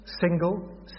single